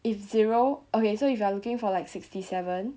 if zero okay so if you are looking for like sixty seven